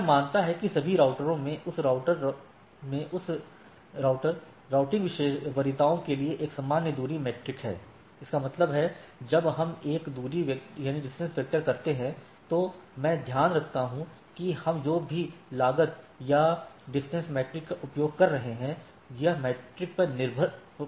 यह मानता है कि सभी राउटरों में उस राउटर राउटिंग वरीयताओं के लिए एक सामान्य दूरी मीट्रिक है इसका मतलब है जब हम एक दूरी वेक्टर करते हैं तो मैं ध्यान रखता हूं कि हम जो भी लागत या दूरी मीट्रिक का उपयोग कर रहे हैं यह मीट्रिक पर सहमत है हर कोई ऐसा कर रहा है